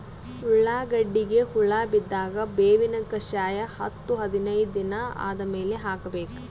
ಉಳ್ಳಾಗಡ್ಡಿಗೆ ಹುಳ ಬಿದ್ದಾಗ ಬೇವಿನ ಕಷಾಯ ಹತ್ತು ಹದಿನೈದ ದಿನ ಆದಮೇಲೆ ಹಾಕಬೇಕ?